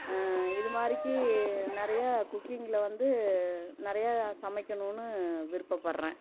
இதுமாதிரிக்கி நிறையா குக்கிங்கில் வந்து நிறையா நான் சமைக்கணுன்னு விருப்பப்படுகிறேன்